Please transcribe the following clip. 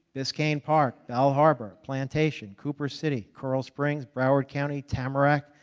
biscayne park. bal harbour, plantation, cooper city, corral springs broward county tamarac,